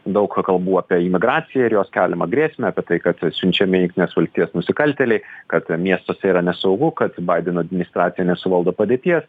daug kalbų apie imigraciją ir jos keliamą grėsmę apie tai kad siunčiami į jungtines valstijas nusikaltėliai kad miestuose yra nesaugu kad baideno administracija nesuvaldo padėties